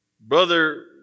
brother